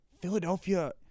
Philadelphia